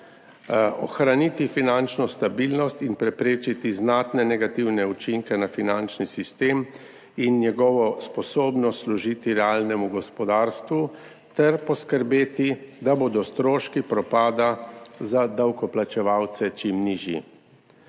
ohraniti finančno stabilnost in preprečiti znatne negativne učinke na finančni sistem in njegovo sposobnost služiti realnemu gospodarstvu ter poskrbeti, da bodo stroški propada za davkoplačevalce čim nižji.